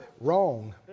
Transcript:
Wrong